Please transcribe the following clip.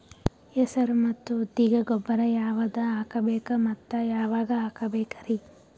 ಹೆಸರು ಮತ್ತು ಉದ್ದಿಗ ಗೊಬ್ಬರ ಯಾವದ ಹಾಕಬೇಕ ಮತ್ತ ಯಾವಾಗ ಹಾಕಬೇಕರಿ?